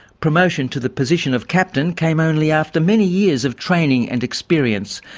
promotion to the position of captain came only after many years of training and experience,